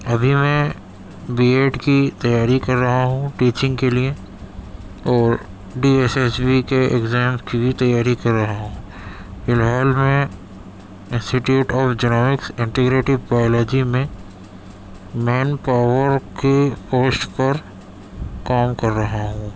ابھی میں B Ed کی تیاری کر رہا ہوں ٹیچنگ کے لیے اور ڈی ایس ایچ بی کے ایگزام کی بھی تیاری کر رہا ہوں فی الحال میں institute of genomics integrative biology میں مین پاور کی پوسٹ کر کام کر رہا ہوں